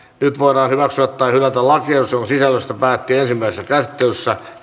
nyt voidaan hyväksyä tai hylätä lakiehdotus jonka sisällöstä päätettiin ensimmäisessä käsittelyssä